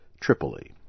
Tripoli